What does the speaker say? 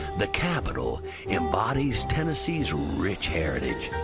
the capitol embodies tennessee's rich heritage.